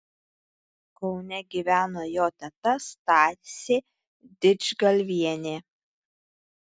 kaune gyveno jo teta stasė didžgalvienė